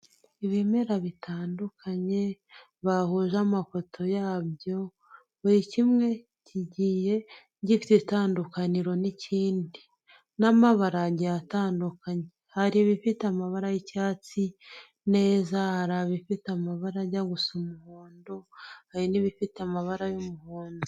Ibimera bitandukanye bahuje amafoto yabyo, buri kimwe kigiye gifite itandukaniro n'ikindi n'amabara agiye atandukanye hari ibifite amabara y'icyatsi neza, hari ibifite amabara ajya gusa umuhondo, hari n'ibifite amabara y'umuhondo.